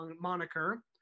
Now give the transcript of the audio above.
moniker